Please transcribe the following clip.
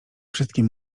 wszystkim